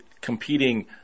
competing